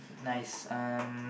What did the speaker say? nice um